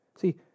See